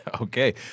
Okay